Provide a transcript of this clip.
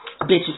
Bitches